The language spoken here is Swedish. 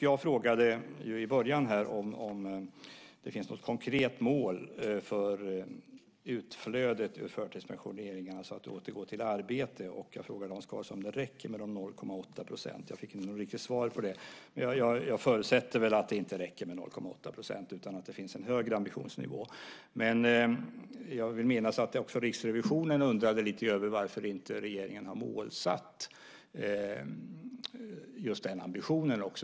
Jag frågade i början om regeringen har satt upp något konkret mål för utflöde ur förtidspension och återgång till arbete. Jag frågade Hans Karlsson om det räcker med dessa 0,8 %, men jag fick inget riktigt svar på det. Jag förutsätter dock att det inte räcker med 0,8 % utan att det finns en högre ambitionsnivå. Jag vill minnas att också Riksrevisionen undrade lite över varför inte regeringen har målsatt just denna ambition.